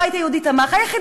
הבית היהודי תמך.